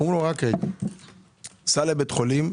אומרים לו: סע לבית חולים,